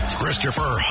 Christopher